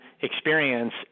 experience